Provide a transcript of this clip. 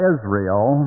Israel